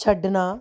ਛੱਡਣਾ